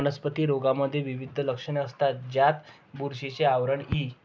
वनस्पती रोगांमध्ये विविध लक्षणे असतात, ज्यात बुरशीचे आवरण इ